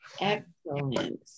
Excellent